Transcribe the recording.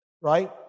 right